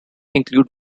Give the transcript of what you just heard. include